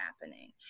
happening